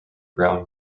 brown